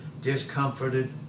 discomforted